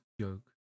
joke